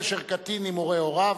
קשר קטין עם הורי הוריו),